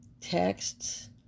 texts